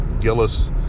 Gillis